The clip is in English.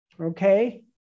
Okay